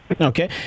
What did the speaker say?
Okay